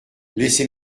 laissez